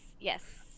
Yes